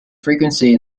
frequency